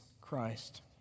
Christ